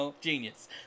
genius